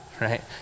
right